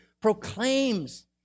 proclaims